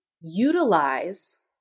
utilize